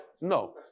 no